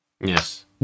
Yes